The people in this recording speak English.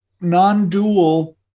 non-dual